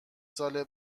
سال